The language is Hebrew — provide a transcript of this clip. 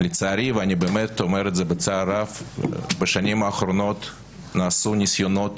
לצערי אני באמת אומר את זה בצער רב בשנים האחרונות נעשו ניסיונות